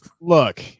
Look